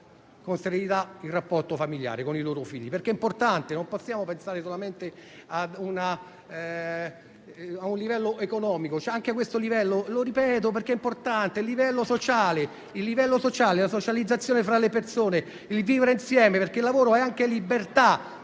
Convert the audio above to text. con serenità il rapporto familiare con i loro figli, perché è importante: non possiamo pensare solamente all'aspetto economico, perché c'è anche questo profilo. Lo ripeto, perché è importante: c'è anche il livello sociale, la socializzazione fra le persone, il vivere insieme, perché il lavoro è anche libertà